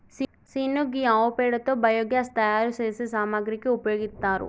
scene గీ ఆవు పేడతో బయోగ్యాస్ తయారు సేసే సామాగ్రికి ఉపయోగిత్తారు